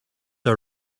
are